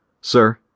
sir